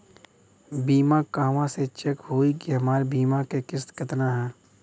बीमा कहवा से चेक होयी की हमार बीमा के किस्त केतना ह?